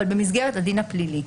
אבל במסגרת הדין הפלילי.